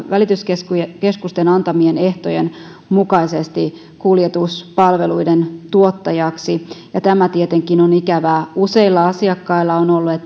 välityskeskusten antamien ehtojen mukaisesti kuljetuspalveluiden tuottajina ja tämä tietenkin on ikävää useilla asiakkailla on ollut